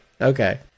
okay